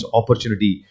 opportunity